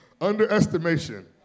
Underestimation